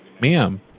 Ma'am